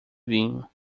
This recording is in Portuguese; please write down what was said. vinho